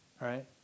right